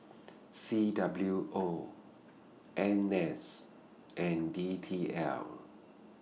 C W O N S and D T L